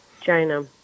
China